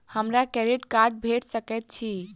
हमरा credit card भेट सकैत अछि?